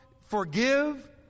forgive